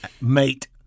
Mate